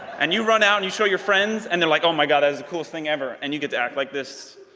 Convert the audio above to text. and you run out and you show your friends and they're like, oh my god, that is the coolest thing ever! and you get to act like this.